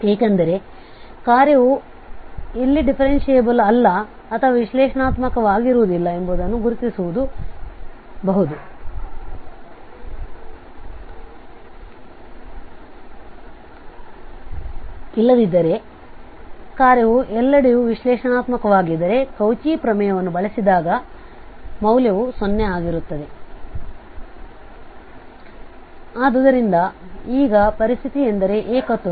ಏಕೆಂದರೆಕಾರ್ಯವು ಎಲ್ಲಿ ಡಿಫೆರೆಂಶಿಯೇಬಲ್ ಅಲ್ಲ ಅಥವಾ ವಿಶ್ಲೇಷಣಾತ್ಮಕವಾಗಿರುವುದಿಲ್ಲ ಎಂಬುದನ್ನು ಗುರುತಿಸಬಹುದು ಇಲ್ಲದಿದ್ದರೆ ಕಾರ್ಯವು ಎಲ್ಲೆಡೆಯೂ ವಿಶ್ಲೇಷಣಾತ್ಮಕವಾಗಿದ್ದರೆ ಕೌಚಿ ಪ್ರಮೇಯವನ್ನು ಬಳಸಿದಾಗ ಮೌಲ್ಯವು 0 ಆಗಿರುತ್ತದೆ ಆದ್ದರಿಂದ ಈಗ ಪರಿಸ್ಥಿತಿ ಎಂದರೆ ಏಕತ್ವಗಳು 2 3π2